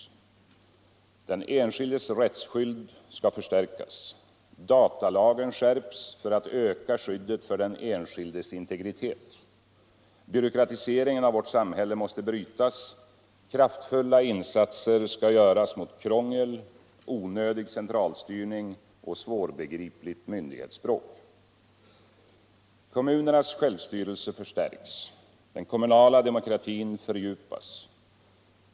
Den enskildes rättsskydd skall förstärkas. Datalagen skärps för att öka skyddet för den enskildes integritet. Byråkratiseringen av vårt samhälle måste brytas. Kraftfulla insatser skall göras mot krångel, onödig centralstyrning och svårbegripligt myndighetsspråk. Kommunernas självstyrelse förstärks. Den kommunala demokratin fördjupas.